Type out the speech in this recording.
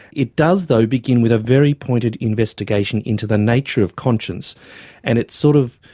it does though begin with a very pointed investigation into the nature of conscience and it sort of,